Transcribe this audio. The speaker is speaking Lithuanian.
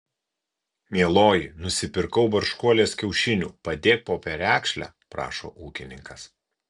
mieloji nusipirkau barškuolės kiaušinių padėk po perekšle prašo ūkininkas